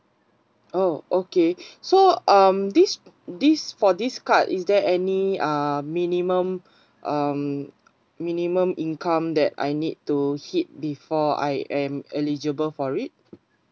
oh okay so um this this for this card is there any uh minimum um minimum income that I need to hit before I am eligible for it